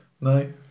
No